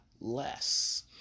less